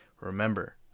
Remember